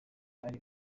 ari